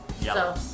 Yellow